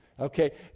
okay